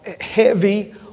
heavy